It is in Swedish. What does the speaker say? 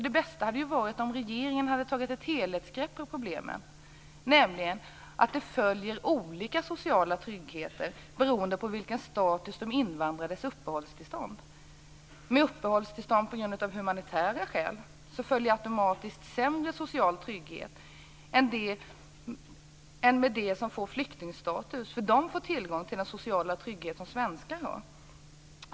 Det bästa hade varit om regeringen hade tagit ett helhetsgrepp på problemet, nämligen att det följer olika social trygghet beroende på statusen på de invandrades uppehållstillstånd. Med uppehållstillstånd på grund av humanitära skäl följer automatiskt sämre social trygghet än med flyktingstatus. De som har det får tillgång till den sociala trygghet som svenskar har.